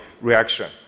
reaction